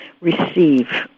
receive